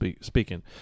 speaking